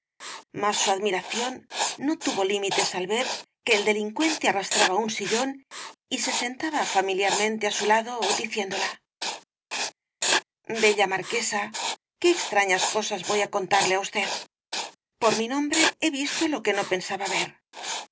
mas su admiración no tuvo límites al ver que el delincuente arrastraba un sillón y se sentaba familiarmente á su lado diciéndola bella marquesa qué extrañas cosas voy á contarle á usted por mi nombre he visto lo que no pensaba ver